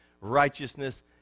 righteousness